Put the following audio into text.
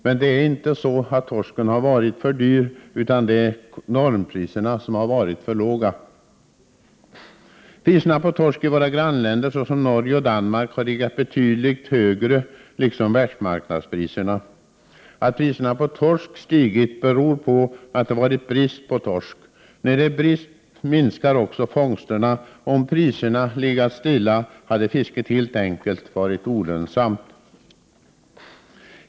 Men det är inte så att torsken har varit för dyr, utan det är normpriserna som har varit för låga. Priserna på torsk i våra grannländer, såsom Norge och Danmark, har legat betydligt högre, liksom världsmarknadspriserna. Att priserna på torsk stigit beror på att det har varit brist på torsk. När det är brist minskar också fångsterna, och om priserna legat stilla hade fisket helt enkelt varit olönsamt.